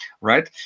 right